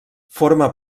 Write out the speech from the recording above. forma